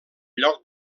lloc